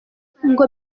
ngo